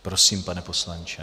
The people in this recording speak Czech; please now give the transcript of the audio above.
Prosím, pane poslanče.